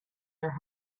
your